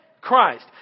Christ